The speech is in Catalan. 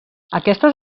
aquestes